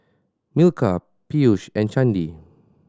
Milkha Peyush and Chandi